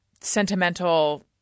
sentimental